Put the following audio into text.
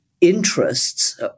interests